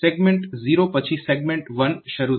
segment 0 પછી segment 1 શરૂ થાય છે